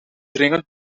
dringend